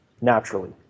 naturally